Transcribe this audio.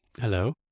Hello